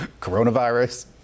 Coronavirus